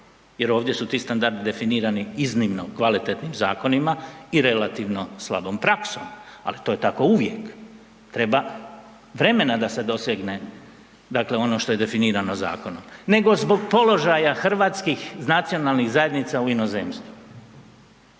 jer ovdje su ti standardi definirani iznimno kvalitetnim zakonima i relativno slabom praksom, ali to je tako uvijek. Treba vremena da se dosegne, dakle ono što je definirano zakonom. Nego zbog položaja hrvatskih nacionalnih zajednica u inozemstvu